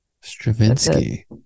Stravinsky